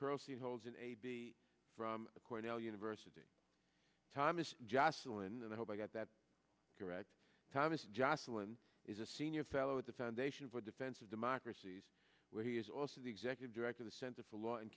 proceed holes in a b from cornell university thomas joscelyn and i hope i got that correct thomas joscelyn is a senior fellow at the foundation for defense of democracies where he is also the executive director of the center for